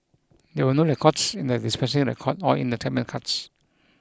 there were no records in the dispensing record or in the treatment cards